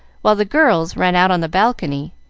while the girls ran out on the balcony,